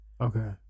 Okay